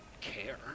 care